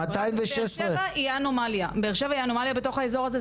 216. באר שבע היא אנומליה בתוך האזור הזה,